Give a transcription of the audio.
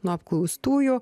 nu apklaustųjų